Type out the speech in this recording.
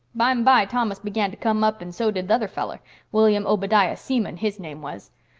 bime-by thomas began to come up and so did the other feller william obadiah seaman, his name was.